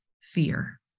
fear